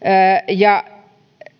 ja